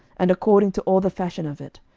and according to all the fashion of it.